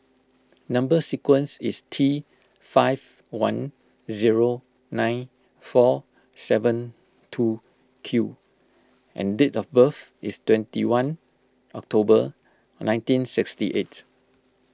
Number Sequence is T five one zero nine four seven two Q and date of birth is twenty one October nineteen sixty eight